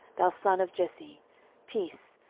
thou son of jesse peace,